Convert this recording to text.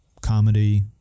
comedy